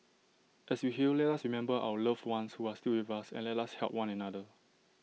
as we heal let us remember our loved ones who are still with us and let us help one another